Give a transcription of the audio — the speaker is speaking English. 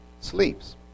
Sleeps